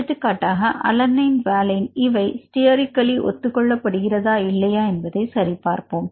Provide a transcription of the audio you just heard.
எடுத்துக்காட்டாக alanine - valine இவை sterically ஒத்துக்கொள்ள படுகிறதா இல்லையா என்பதை சரி பார்ப்போம்